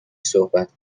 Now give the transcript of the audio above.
صحبت